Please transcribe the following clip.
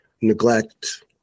neglect